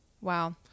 Wow